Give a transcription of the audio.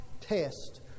test